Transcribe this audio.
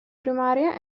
primaria